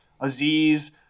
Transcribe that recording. Aziz